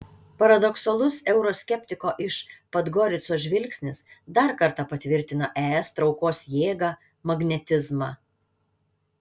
paradoksalus euroskeptiko iš podgoricos žvilgsnis dar kartą patvirtina es traukos jėgą magnetizmą